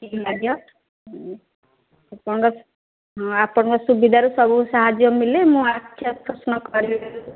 ହଁ ଆପଣଙ୍କ ସୁବିଧାରେ ସବୁ ସାହାଯ୍ୟ ମିଳିଲେ ମୁଁ ଆଖି ଅପରେସନ୍ କରିବି